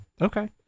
okay